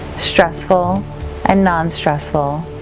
stressful and non-stressful